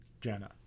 Jenna